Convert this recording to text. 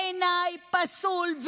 בעיניי פסול,